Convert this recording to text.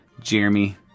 Jeremy